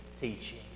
teaching